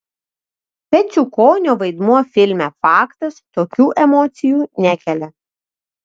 peciukonio vaidmuo filme faktas tokių emocijų nekelia